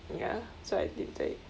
ya so I deleted it